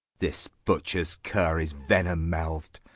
this butchers curre is venom'd-mouth'd,